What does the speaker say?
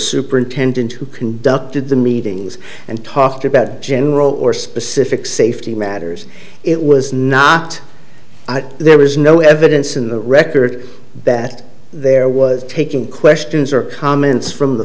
superintendent who conducted the meetings and talked about general or specific safety matters it was not there is no evidence in the record that there was taking questions or comments from the